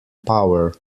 power